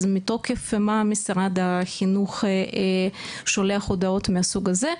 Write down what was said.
אז מתוקף מה משרד החינוך שולח הודעות מהסוג הזה?